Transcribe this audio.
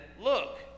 Look